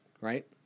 right